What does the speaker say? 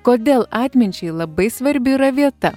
kodėl atminčiai labai svarbi yra vieta